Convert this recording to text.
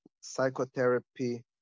psychotherapy